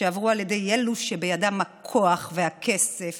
שעברו על ידי אלו שבידם הכוח והכסף